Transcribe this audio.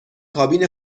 کابین